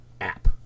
app